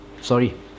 sorry